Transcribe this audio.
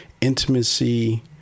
intimacy